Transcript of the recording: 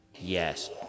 yes